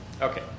Okay